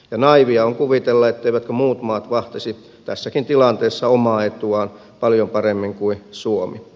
naiivia on kuvitella etteivätkö muut maat vahtisi tässäkin tilanteessa omaa etuaan paljon paremmin kuin suomi